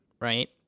right